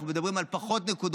אנחנו מדברים על פחות נקודות,